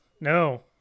No